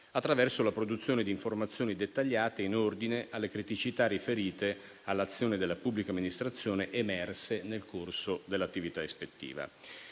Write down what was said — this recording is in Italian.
attraverso la produzione di informazioni dettagliate in ordine alle criticità riferite all'azione della pubblica amministrazione emerse nel corso dell'attività ispettiva.